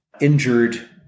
injured